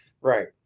Right